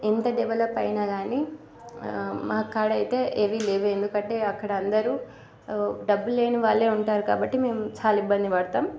ఎంత డెవలప్ అయినా కానీ మాకాడ అయితే ఏవీ లేవు ఎందుకంటే అక్కడ అందరూ డబ్బులేనివాళ్ళే ఉంటారు కాబట్టి మేము చాలా ఇబ్బంది పడతాము